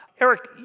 Eric